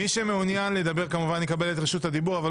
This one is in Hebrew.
מי שמעוניין לדבר, כמובן שיקבל את את רשות הדיבור,